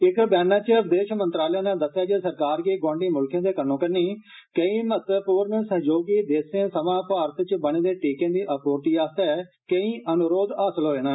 इक ब्यान च विदेश मंत्रालय नै दस्सेआ ऐ जे सरकार गी गोआंडी मुल्खे दे कन्नो कन्नी केई महत्वपूर्ण सहयोगी देशें सवा भारत च बने दे टीर्के दी आपूर्ति आस्तै कई अनुरोध हासिल होए न